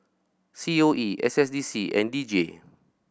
C O E S S D C and D J